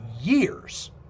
years